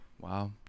Wow